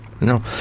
No